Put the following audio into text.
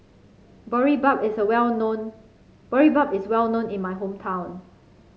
Boribap is a well known Boribap is well known in my hometown